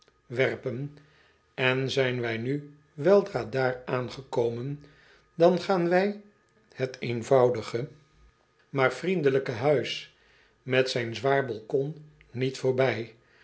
werpen en zijn wij nu weldra daar aangekomen dan gaan wij het eenvoudige maar vriendelijke huis met zijn zwaar balkon niet voorbij